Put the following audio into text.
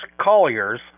Collier's